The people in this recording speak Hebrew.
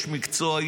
איש מקצוע,